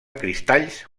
cristalls